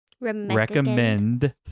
recommend